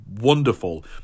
wonderful